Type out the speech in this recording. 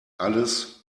alles